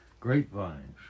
grapevines